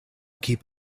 keep